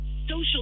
social